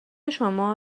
شما